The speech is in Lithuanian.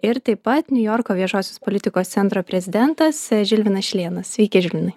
ir taip pat niujorko viešosios politikos centro prezidentas žilvinas šilėnas sveiki žilvinai